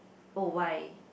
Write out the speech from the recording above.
oh why